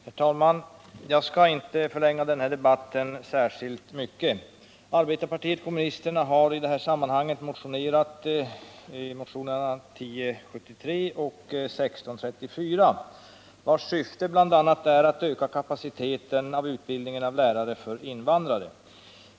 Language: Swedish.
Herr talman! Jag skall inte förlänga den här debatten särskilt mycket. Arbetarpartiet kommunisterna har i denna fråga väckt motionerna 1073 och 1634, som bl.a. syftar till att öka kapaciteten för utbildningen av lärare för invandrare.